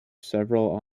several